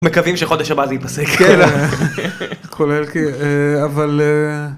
מקווים שחודש הבא זה יפסק.